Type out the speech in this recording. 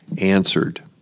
answered